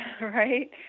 Right